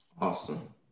Awesome